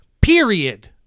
period